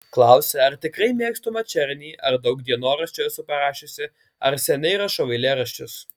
klausia ar tikrai mėgstu mačernį ar daug dienoraščio esu parašiusi ar seniai rašau eilėraščius